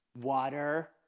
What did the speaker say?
water